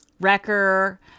Wrecker